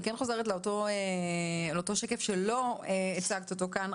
אני כן חוזרת לאותו שקף שלא הצגת אותו כאן.